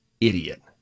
idiot